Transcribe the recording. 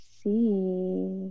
see